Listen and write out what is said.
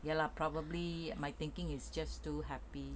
ya lah probably my thinking is just too happy